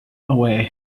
away